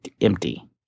empty